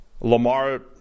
Lamar